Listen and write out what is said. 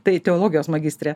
tai teologijos magistrė